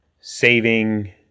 saving